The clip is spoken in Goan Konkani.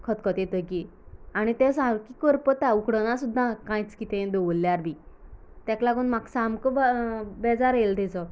खतखतो येतकीर आनी तें सारकें करपता उकडनां सुद्दां कांयच कितें दवरल्यार बी तेक लागून म्हाका सामको बेजार येल तेचो